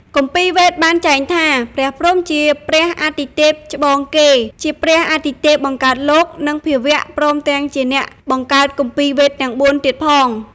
គម្ពីរវេទបានចែងថា ព្រះព្រហ្មជាព្រះអាទិទេពច្បងគេ ជាព្រះអាទិទេពបង្កើតលោក និងភាវៈ ព្រមទាំងជាអ្នកបង្កើតគម្ពីរវេទទាំង៤ ទៀតផង។